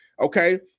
okay